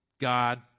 God